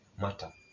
matter